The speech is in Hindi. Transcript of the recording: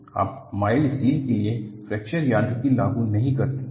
आप माइल्ड स्टील के लिए फ्रैक्चर यांत्रिकी लागू नहीं करते हैं